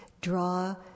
draw